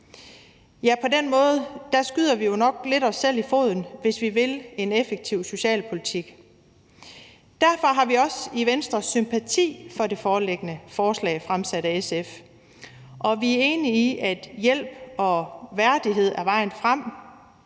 På den måde skyder vi jo nok lidt os selv i foden, hvis vi vil en effektiv socialpolitik. Derfor har vi også i Venstre sympati for det foreliggende forslag fremsat af SF, og vi er enige i, at hjælp og værdighed er vejen frem,